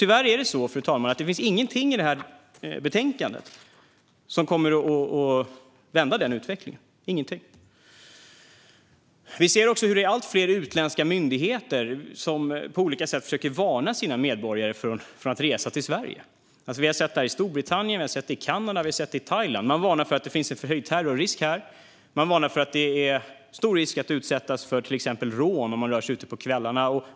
Tyvärr finns det ingenting i det här betänkandet, som jag nu visar för kammarens ledamöter, som kommer att vända den utvecklingen. Vi ser också att allt fler utländska myndigheter på olika sätt försöker varna sina medborgare för att resa till Sverige. Vi har sett det i Storbritannien, i Kanada och i Thailand. De varnar för att det finns en förhöjd terrorrisk. De varnar för att det är stor risk att utsättas för till exempel rån om man rör sig ute på kvällarna.